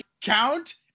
count